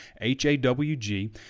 H-A-W-G